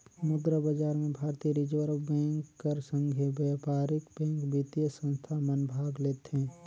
मुद्रा बजार में भारतीय रिजर्व बेंक कर संघे बयपारिक बेंक, बित्तीय संस्था मन भाग लेथें